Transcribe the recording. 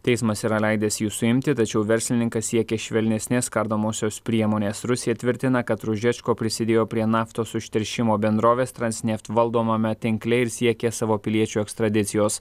teismas yra leidęs jį suimti tačiau verslininkas siekė švelnesnės kardomosios priemonės rusija tvirtina kad ružečko prisidėjo prie naftos užteršimo bendrovės transneft valdomame tinkle ir siekė savo piliečių ekstradicijos